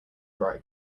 dry